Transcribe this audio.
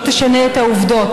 קסניה סבטלובה.